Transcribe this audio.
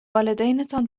والدینتان